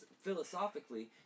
philosophically